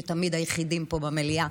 שהם תמיד היחידים פה במליאה,